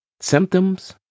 symptoms